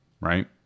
right